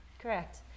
correct